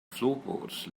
floorboards